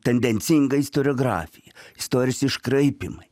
tendencinga istoriografija istorijos iškraipymai